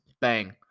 bang